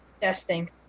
Testing